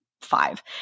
five